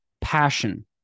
passion